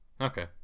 Okay